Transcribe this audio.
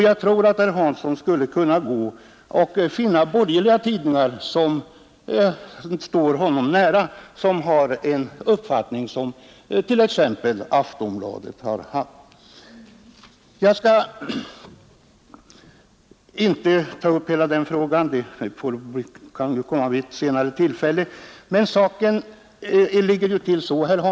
Jag tror att herr Hansson också skulle kunna finna borgerliga tidningar som står honom nära, där man haft samma uppfattning som t.ex. Aftonbladet i dessa frågor. Men jag skall inte nu ta upp hela den frågan — diskussionen om den kan vi föra vid ett senare tillfälle.